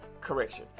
correction